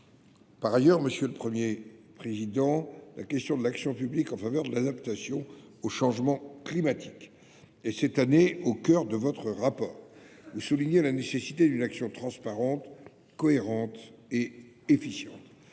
Par ailleurs, la question de l’action publique en faveur de l’adaptation au changement climatique est, cette année, au cœur de votre rapport. Vous soulignez la nécessité d’une action transparente, cohérente et efficiente